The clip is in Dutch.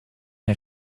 een